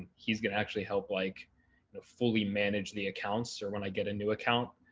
he's gonna actually help, like know fully manage the accounts or when i get a new account.